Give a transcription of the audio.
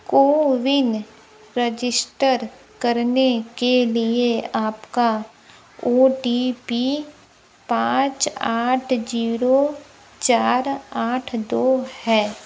CoWIN register करने के लिए आपका ओ टी पी पाँच आठ जीरो चार आठ दो है